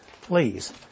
please